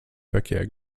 verkehr